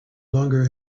longer